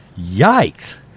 Yikes